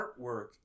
artwork